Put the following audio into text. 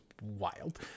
wild